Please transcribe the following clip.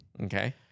Okay